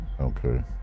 Okay